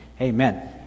Amen